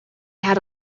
had